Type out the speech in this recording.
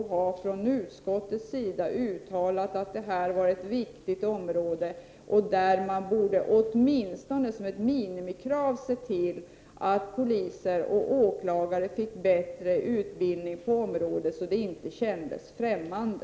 Nog kunde utskottet ha uttalat att detta är ett viktigt område och att man som ett minimikrav borde se till att poliser och åklagare fick bättre utbildning på området så att det inte känns främmande.